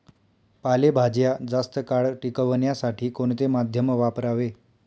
पालेभाज्या जास्त काळ टिकवण्यासाठी कोणते माध्यम वापरावे?